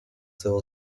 civil